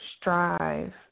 strive